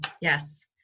Yes